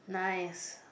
nice